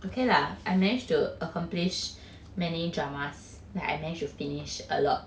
okay lah I managed to accomplish many dramas like I managed to finish a lot